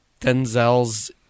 Denzel's